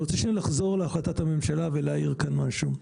אני רוצה לחזור להחלטת הממשלה ולהעיר כאן משהו.